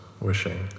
wishing